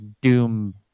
doom